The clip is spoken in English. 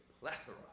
plethora